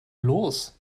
los